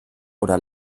oder